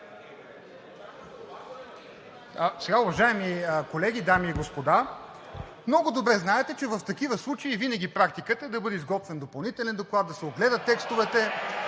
(ДБ): Уважаеми колеги, дами и господа! Много добре знаете, че в такива случаи винаги практиката е да бъде изготвен допълнителен доклад, да се огледат текстовете